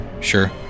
Sure